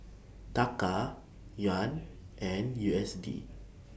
Taka Yuan and U S D